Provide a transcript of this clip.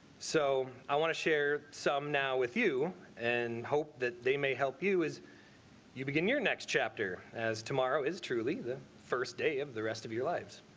so i want to share some now with you and hope that they may help you as you begin your next chapter as tomorrow is truly the first day of the rest of your lives.